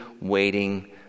waiting